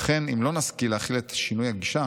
אכן, אם לא נשכיל להחיל את שינוי הגישה,